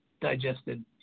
digested